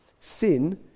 Sin